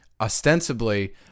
Ostensibly